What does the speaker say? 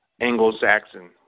Anglo-Saxon